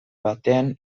baten